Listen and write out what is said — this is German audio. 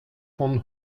von